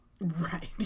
right